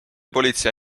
politsei